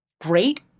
Great